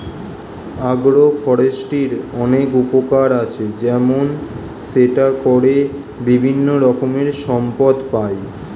agro ফরেস্ট্রির অনেক উপকার আছে, যেমন সেটা করে বিভিন্ন রকমের সম্পদ পাই